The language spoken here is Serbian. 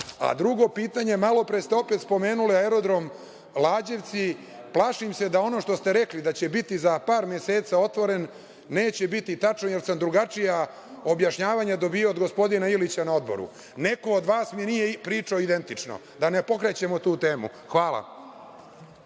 savet. Drugo pitanje, malopre ste opet spomenuli aerodrom Lađevci, plašim se da ono što rekli da će biti za par meseci otvoren neće biti tačno, jer sam drugačija objašnjavanja dobijao od gospodina Ilića na odboru. Neko od vas mi nije pričao identično, ali da ne pokrećemo tu temu. Hvala.